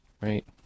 right